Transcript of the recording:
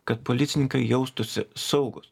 kad policininkai jaustųsi saugūs